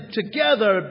together